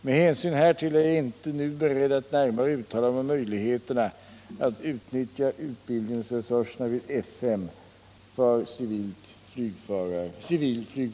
Med hänsyn härtill är jag inte nu beredd att närmare uttala mig om möjligheterna att utnyttja utbildningsresurserna vid F 5 för civil flygförarutbildning.